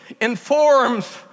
informs